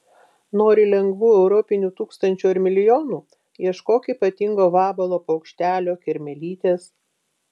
nori lengvų europinių tūkstančių ar milijonų ieškok ypatingo vabalo paukštelio kirmėlytės